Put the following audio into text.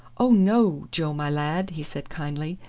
oh! no, joe, my lad, he said kindly,